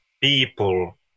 people